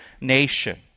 nation